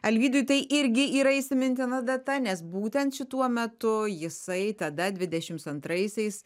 alvydui tai irgi yra įsimintina data nes būtent šituo metu jisai tada dvidešimt antraisiais